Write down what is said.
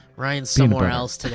ryan's somewhere else today.